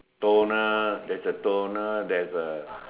toner there's a toner there's a